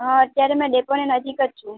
હાં અત્યારે મેં ડેપોની નજીક જ છું